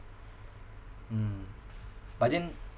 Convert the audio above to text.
mm but then